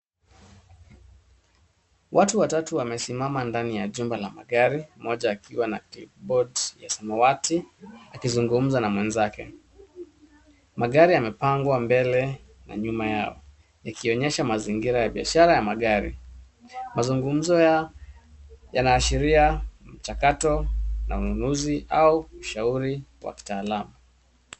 Watu watatu wamesimama ndani ya jumba la magari mmoja akiwa na clipboard ya samawati akizungumza na mwenzake. Magari yamepangwa mbele na nyuma yao ikionyesha mazingira ya biashara ya magari. Mazungumzo yanaashiria mchakato na ununuzi au ushauri wa kitaalamu.